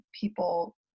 people